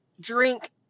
drink